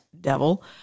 devil